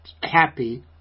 happy